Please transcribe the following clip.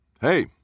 Hey